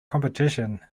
competition